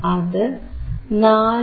അത് 4